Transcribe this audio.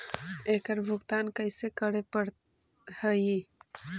एकड़ भुगतान कैसे करे पड़हई?